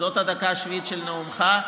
אז זאת הדקה השביעית של נאומך,